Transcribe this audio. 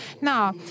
Now